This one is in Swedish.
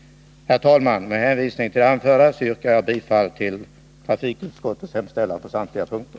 Herr talman! Med hänvisning till det anförda yrkar jag bifall till trafikutskottets hemställan på samtliga punkter.